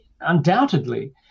undoubtedly